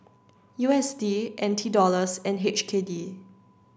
U S D N T Dollars and H K D